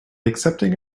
accepting